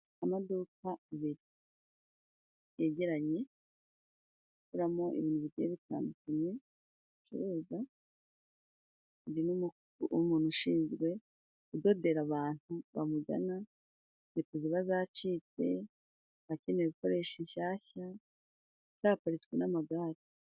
Amaduka yegeranye baguramo ibintu bitandukanye bacuruza, harimo umuntu ushinzwe kudodera abantu bamugana inkweto ziba zacitse n'abakeneye gukoresha inshyashya, ndetse haparitswe n'amagare.